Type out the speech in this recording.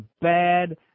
bad